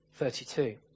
32